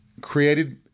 created